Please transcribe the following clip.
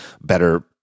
better